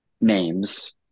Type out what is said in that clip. names